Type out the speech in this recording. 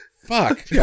Fuck